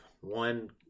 one